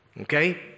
okay